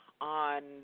on